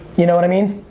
you know what i mean?